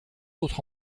autre